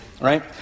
right